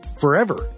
forever